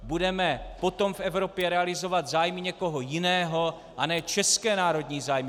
Budeme potom v Evropě realizovat zájmy někoho jiného, a ne české národní zájmy.